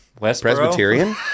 Presbyterian